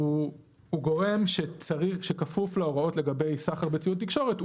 הוא גורם שכפוף להוראות לגבי סחר בציוד תקשורת,